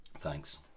Thanks